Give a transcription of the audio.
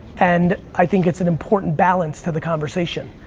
and i think it's an important balance to the conversation.